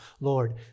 Lord